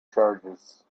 charges